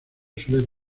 suele